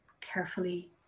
carefully